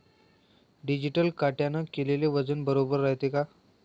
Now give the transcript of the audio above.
Digital काट्याने केलेल वजन बरोबर रायते का?